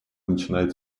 начинает